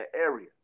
area